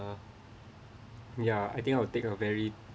uh ya I think I will take a very